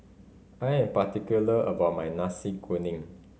I am particular about my Nasi Kuning